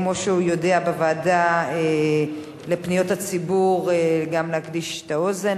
כמו שהוא יודע גם בוועדה לפניות הציבור להקדיש את האוזן,